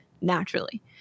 naturally